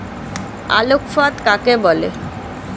আলোক ফাঁদ কাকে বলে?